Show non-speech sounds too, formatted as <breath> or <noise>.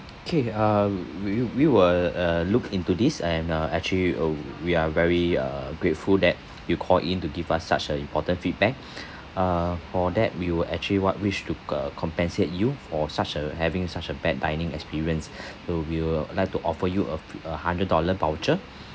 okay uh we we will uh look into this and uh actually uh we are very uh grateful that you call in to give us such a important feedback <breath> uh for that we will actually what wish to compensate you for such uh having such a bad dining experience so we will like to offer you uh a hundred dollar voucher <breath>